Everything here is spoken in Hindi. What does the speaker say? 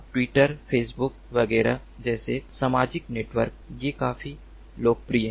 ट्विटर फेसबुक वगैरह जैसे सामाजिक नेटवर्क ये काफी लोकप्रिय हैं